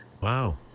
Wow